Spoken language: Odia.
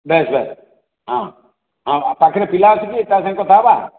ବାସ୍ ବାସ୍ ହଁ ହଁ ପାଖରେ ପିଲା ଅଛି କି ତା ସାଙ୍ଗରେ କଥା ହେବା